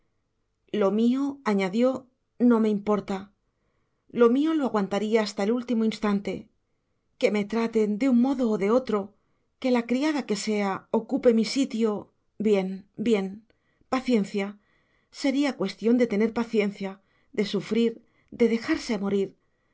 las dolorosas lo mío añadió no me importa lo mío lo aguantaría hasta el último instante que me traten de un modo o de otro que que la criada sea ocupe mi sitio bien bien paciencia sería cuestión de tener paciencia de sufrir de dejarse morir